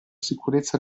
sicurezza